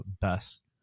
best